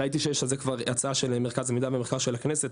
ראיתי שיש על זה כבר הצעה של מרכז מידע ומחקר של הכנסת.